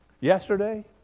Yesterday